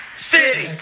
City